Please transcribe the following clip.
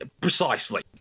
Precisely